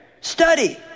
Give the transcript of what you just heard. Study